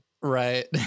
right